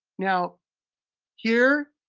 now here,